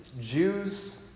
Jews